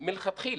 מלכתחילה.